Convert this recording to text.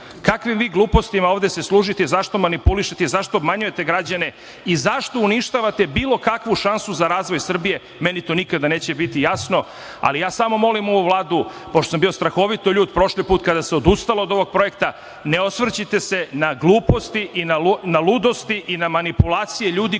tamo? Kakvim vi glupostima ovde se služite i zašto manipulišite i zašto obmanjujete građane i zašto uništavate bilo kakvu šansu za razvoj Srbije, meni to nikada neće biti jasno. Ali ja samo molim ovu Vladu, pošto sam bio strahovito ljut prošli put kada se odustalo od ovog projekta, ne osvrćite se na gluposti, na ludosti i na manipulacije ljudi